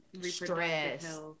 stress